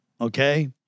Okay